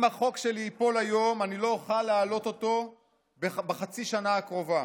אם החוק שלי ייפול היום אני לא אוכל להעלות אותו בחצי השנה הקרובה.